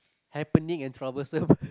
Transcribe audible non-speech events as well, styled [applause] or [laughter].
happening and troublesome [breath]